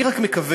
אני רק מקווה,